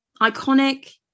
iconic